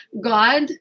God